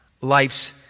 life's